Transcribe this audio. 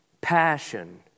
passion